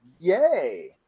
Yay